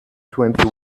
twenty